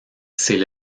ces